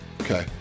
Okay